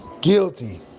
guilty